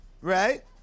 right